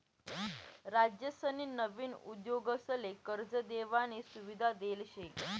राज्यसनी नवीन उद्योगसले कर्ज देवानी सुविधा देल शे